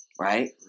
right